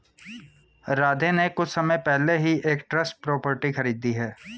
राधे ने कुछ समय पहले ही एक ट्रस्ट प्रॉपर्टी खरीदी है